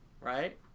Right